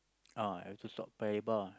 uh have to stop Paya-Lebar